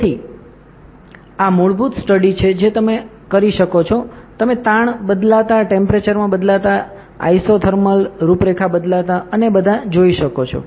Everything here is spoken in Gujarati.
તેથી આ મૂળભૂત સ્ટડી છે જે તમે કરી શકો છો તમે તાણ બદલાતા ટેમ્પરેચરમાં બદલાતા ઇસોધર્મલ રૂપરેખા બદલાતા અને બધા જોઈ શકો છો